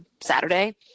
Saturday